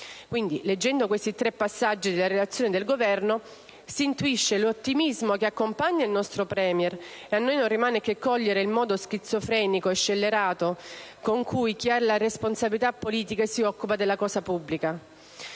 basso». Leggendo questi tre passaggi della relazione del Governo si intuisce l'ottimismo che accompagna il nostro *Premier*, mentre a noi non rimane che cogliere il modo schizofrenico e scellerato con cui chi ha la responsabilità politica si occupa della cosa pubblica.